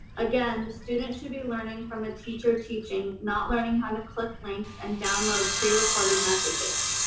again, the student should be learning from a teacher teaching, not learning how to click links and download prerecorded messages.